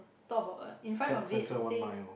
talk about uh in front of it it says